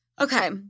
Okay